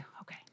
okay